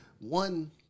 one